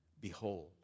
Behold